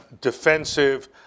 defensive